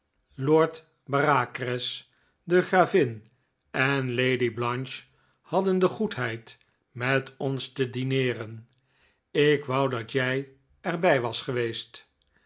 lord bareacres de gravin en lady blanche hadden de goedheid met ons te dineeren ik wou dat jij er bij was geweest